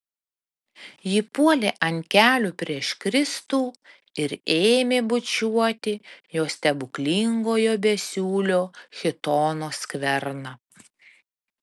ji puolė ant kelių prieš kristų ir ėmė bučiuoti jo stebuklingojo besiūlio chitono skverną